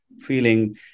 feeling